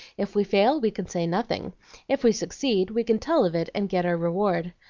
if we fail, we can say nothing if we succeed, we can tell of it and get our reward.